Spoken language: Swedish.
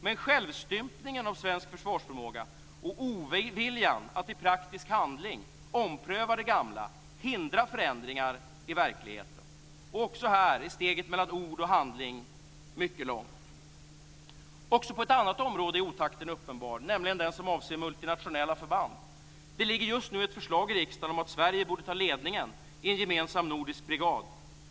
Men självstympningen av svensk försvarsförmåga och oviljan att i praktisk handling ompröva det gamla hindrar förändringar i verkligheten. Också här är steget mellan ord och handling mycket långt. Också på ett annat område är otakten uppenbar, nämligen den som avser multinationella förband. Det ligger just nu ett förslag i riksdagen om att Sverige borde ta ledningen i en gemensam nordisk brigad.